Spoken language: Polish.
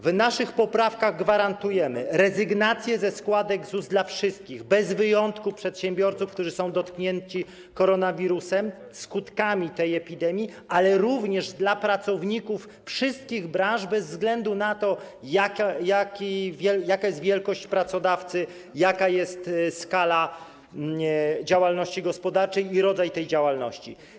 W naszych poprawkach gwarantujemy rezygnację ze składek ZUS bez wyjątku dla wszystkich przedsiębiorców, którzy są dotknięci koronawirusem, skutkami tej epidemii, ale również dla pracowników wszystkich branż bez względu na to, jaka jest wielkość pracodawcy, jaka jest skala działalności gospodarczej i rodzaj tej działalności.